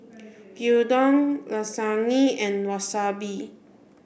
Gyudon Lasagne and Wasabi